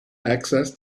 access